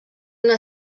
una